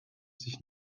sich